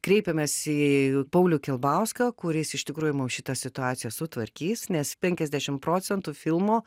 kreipėmės į paulių kilbauską kuris iš tikrųjų mums šitą situaciją sutvarkys nes penkiasdešim procentų filmo